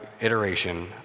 iteration